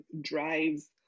drives